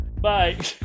Bye